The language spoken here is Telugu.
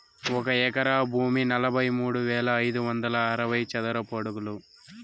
ఒక ఎకరా భూమి నలభై మూడు వేల ఐదు వందల అరవై చదరపు అడుగులు